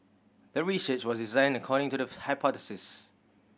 the research was designed according to the hypothesis